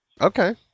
Okay